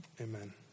Amen